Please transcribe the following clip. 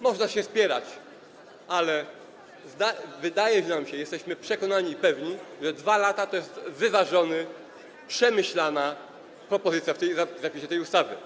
Można się spierać, ale wydaje nam się, jesteśmy przekonani i pewni, że 2 lata to jest wyważona, przemyślana propozycja w zakresie tej ustawy.